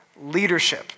leadership